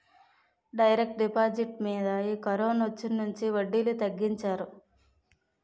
direct deposit మీద ఈ కరోనొచ్చినుంచి వడ్డీలు తగ్గించారు